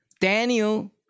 Daniel